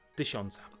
tysiąca